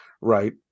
right